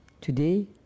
Today